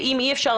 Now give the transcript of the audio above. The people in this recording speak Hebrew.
אם אי אפשר,